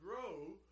grow